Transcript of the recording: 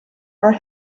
are